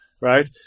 Right